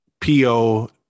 PO